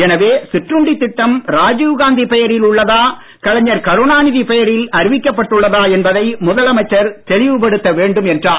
எனவே சிற்றுண்டி திட்டம் ராஜீவ்காந்தி பெயரில் உள்ளதா கலைஞர் கருணாநிதி பெயரில் அறிவிக்கப்பட்டுள்ளதா என்பதை முதல்வர் தெளிவுப்படுத்த வேண்டும் என்றார்